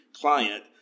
client